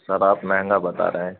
سر آپ مہنگا بتا رہے ہیں